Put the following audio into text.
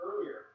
earlier